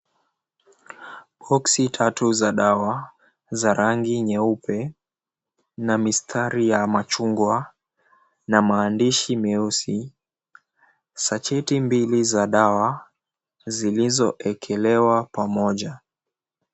[𝑐𝑠]𝐵𝑜𝑘𝑠𝑖 [𝑐𝑠] tatu za dawa za rangi nyeupe na mistari ya machungwa na ma𝑎ndishi 𝑚𝑒𝑢𝑠𝑖, 𝑠acheti mbili za dawa zilizowekelewa pamoja.